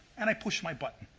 and i push my button.